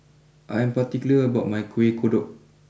I am particular about my Kuih Kodok